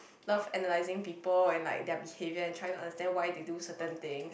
love analyzing people and like their behaviours and try to understand why they do certain things